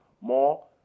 more